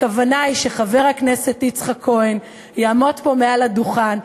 הכוונה היא שחבר הכנסת יצחק כהן יעמוד פה על הדוכן,